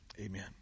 amen